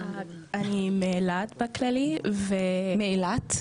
אני מאילת בכללי ו --- מאילת?